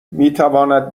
میتواند